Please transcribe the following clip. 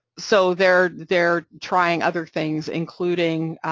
so they're they're trying other things, including,